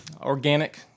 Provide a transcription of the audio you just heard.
organic